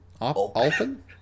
open